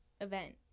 event